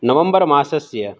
नवम्बर् मासस्य